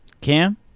Cam